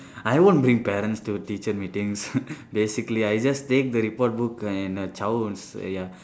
I won't bring parents to teacher meetings basically I just take the report book and uh chao ya